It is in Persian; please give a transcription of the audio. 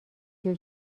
جور